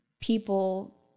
people